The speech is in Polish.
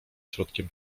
środkiem